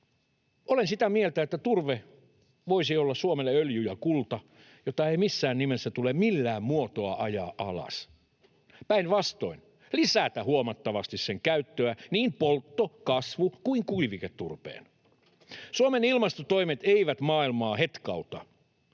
Olen sitä mieltä, että turve voisi olla Suomelle öljy ja kulta, jota ei missään nimessä tule millään muotoa ajaa alas, päinvastoin lisätä huomattavasti sen käyttöä, niin poltto-, kasvu- kuin kuiviketurpeen. Suomen ilmastotoimet eivät maailmaa hetkauta,